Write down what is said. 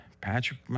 Patrick